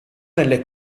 nelle